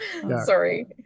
Sorry